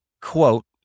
quote